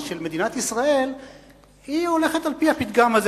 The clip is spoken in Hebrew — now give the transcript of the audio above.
של מדינת ישראל הולכת על-פי הפתגם הזה,